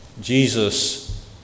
Jesus